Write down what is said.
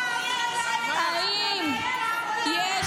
--- אדוני היושב-ראש, הוא מפריע לה כל הזמן.